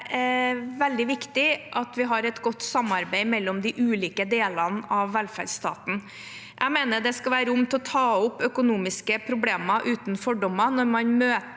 er det veldig viktig at vi har et godt samarbeid mellom de ulike delene av vel ferdsstaten. Jeg mener det skal være rom for å ta opp økonomiske problemer uten fordommer når man møter